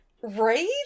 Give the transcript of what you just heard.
right